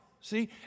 See